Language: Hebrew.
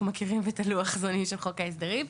אנחנו מכירים את לוח הזמנים של חוק ההסדרים.